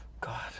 God